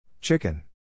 Chicken